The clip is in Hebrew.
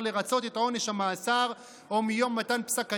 לרצות את עונש המאסר או מיום מתן פסק הדין,